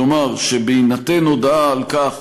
כלומר, בהינתן הודעה על כך